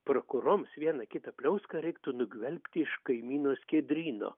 prakuroms vieną kitą pliauską reiktų nugvelbti iš kaimynų skiedryno